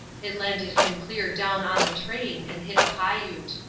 it landed him clear down on the train and hit a piute.